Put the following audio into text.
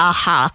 Aha